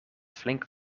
flink